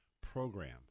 program